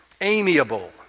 amiable